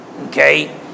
Okay